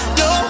no